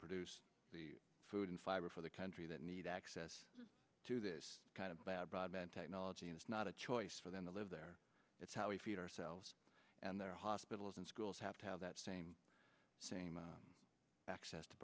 produce the food and fiber for the country that need access to this kind of bad broadband technology is not a choice for them to live there it's how we feed ourselves and their hospitals and schools have to have that same same access to